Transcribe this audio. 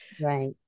right